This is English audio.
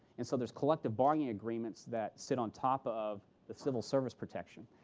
and so there's collective bargaining agreements that sit on top of the civil service protection.